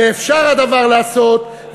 ופשר הדבר לעשות,